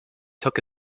took